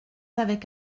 avec